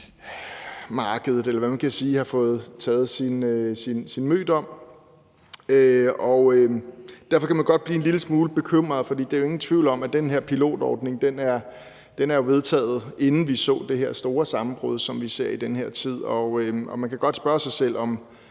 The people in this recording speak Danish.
kryptomarkedet, eller hvad man kan kalde det, har fået taget sin mødom. Og derfor kan man godt blive en lille smule bekymret, for der er jo ingen tvivl om, at den her pilotordning er vedtaget inden det her store sammenbrud, som vi ser i den her tid. Der har jo været sådan